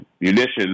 munitions